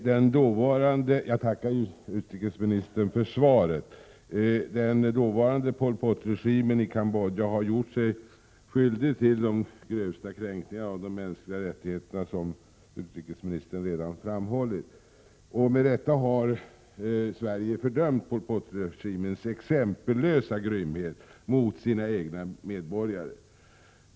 Fru talman! Jag tackar utrikesministern för svaret. Den dåvarande Pol Pot-regimen i Cambodja har gjort sig skyldig till de grövsta kränkningar av de mänskliga rättigheterna, vilket utrikesministern redan har framhållit. Med rätta har Sverige fördömt Pol Pot-regimens exempellösa grymhet mot sina egna medborgare.